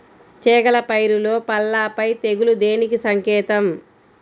చేగల పైరులో పల్లాపై తెగులు దేనికి సంకేతం?